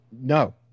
No